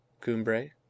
Cumbre